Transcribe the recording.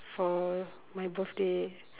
for my birthday